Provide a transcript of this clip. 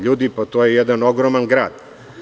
Ljudi, pa to je jedan ogroman grad.